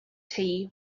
tea